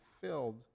filled